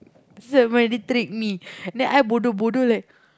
someone trick me then I bodoh-bodoh like